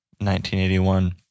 1981